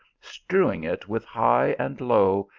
strewing it with high and low,